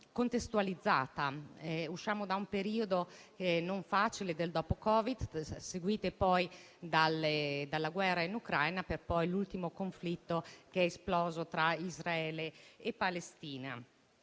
contestualizzato: usciamo dal periodo del dopo Covid, seguito dalla guerra in Ucraina e poi dall'ultimo conflitto che è esploso tra Israele e Palestina.